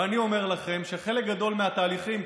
ואני אומר לכם שחלק גדול מהתהליכים,